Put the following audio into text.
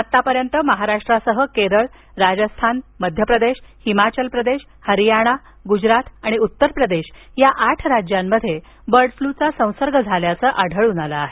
आत्तापर्यंत महाराष्ट्रासह केरळ राजस्थान मध्य प्रदेश हिमाचल प्रदेश हरियाणा गुजरात आणि उत्तर प्रदेश या आठ राज्यांमध्ये बर्ड फ्ल्यूचा संसर्ग झाल्याचं आढळून आलं आहे